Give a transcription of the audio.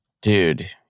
Dude